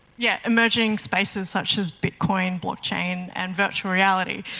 yeah emerging spaces such as bitcoin, blockchain and virtual reality.